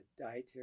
dietary